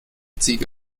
ziege